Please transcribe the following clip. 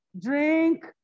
drink